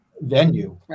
venue